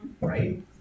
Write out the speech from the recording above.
right